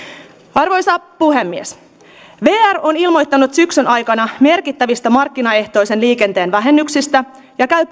arvoisa puhemies vr on ilmoittanut syksyn aikana merkittävistä markkinaehtoisen liikenteen vähennyksistä ja käy